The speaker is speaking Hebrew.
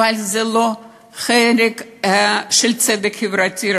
אבל זה לא חלק של צדק חברתי,